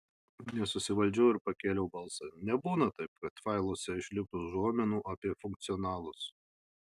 nesusivaldžiau ir pakėliau balsą nebūna taip kad failuose išliktų užuominų apie funkcionalus